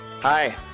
Hi